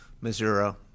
Missouri